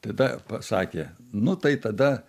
tada pasakė nu tai tada